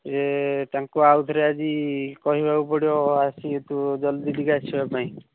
ଯେ ତାଙ୍କୁ ଆଉ ଥରେ ଆଜି କହିବାକୁ ପଡ଼ିବ ଆସିକି ଜଲ୍ଦି ଟିକିଏ ଆସିବା ପାଇଁ